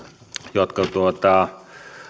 jotka